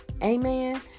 Amen